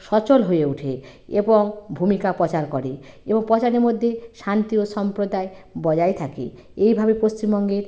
সচল হয়ে উঠে এবং ভূমিকা প্রচার করে এবং প্রচারের মধ্যে শান্তি ও সম্প্রদায় বজায় থাকে এইভাবে পশ্চিমবঙ্গের